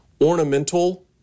ornamental